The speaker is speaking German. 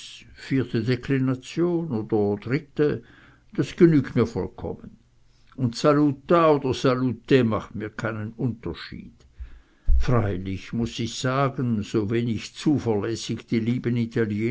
vierte deklination oder dritte das genügt mir vollkommen und salut oder salut macht mir keinen unterschied freilich muß ich sagen so wenig zuverlässig die lieben